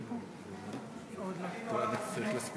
אני אדבר מהמקום.